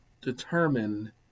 determine